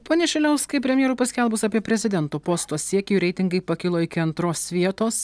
pone šiliauskai premjerui paskelbus apie prezidento posto siekį jų reitingai pakilo iki antros vietos